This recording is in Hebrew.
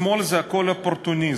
בשמאל זה הכול אופורטוניזם.